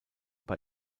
bei